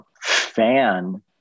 fan